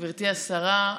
גברתי השרה,